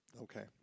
Okay